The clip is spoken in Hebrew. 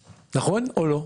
נכון או לא?